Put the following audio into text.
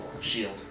shield